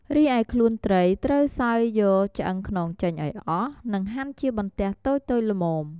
រីឯខ្លួនត្រីត្រូវសើយយកឆ្អឹងខ្នងចេញឲ្យអស់ និងហាន់ជាបន្ទះតូចៗល្មម។